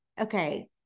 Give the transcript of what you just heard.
okay